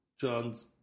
John's